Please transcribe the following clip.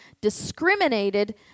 discriminated